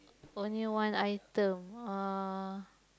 only one item uh